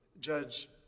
Judge